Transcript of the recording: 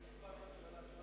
תודה רבה.